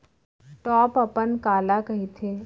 Top अपन काला कहिथे?